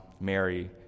Mary